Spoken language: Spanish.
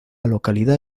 localidad